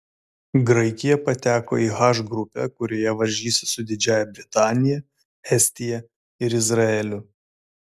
graikija pateko į h grupę kurioje varžysis su didžiąja britanija estija ir izraeliu